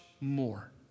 more